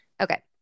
Okay